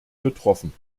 betroffen